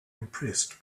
impressed